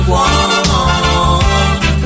one